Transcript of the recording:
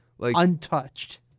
untouched